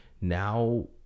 now